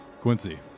Quincy